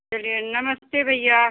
चलिए नमस्ते भईया